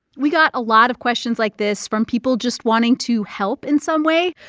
we got a lot of questions like this from people just wanting to help in some way.